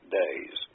days